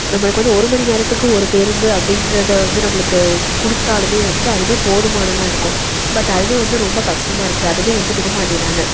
நம்மளுக்கு வந்து ஒரு மணி நேரத்துக்கு ஒரு பேருந்து அப்படிங்கறத வந்து நம்மளுக்கு கொடுத்தாலுமே வந்துட்டு அதுவே போதுமானதாக இருக்கும் பட் அதுவே வந்து ரொம்ப கஷ்டமா இருக்குது அதுவே வந்து விடமாட்டிகிறாங்க